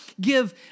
give